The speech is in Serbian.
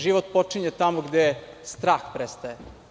Život počinje tamo gde strah prestaje.